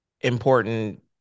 important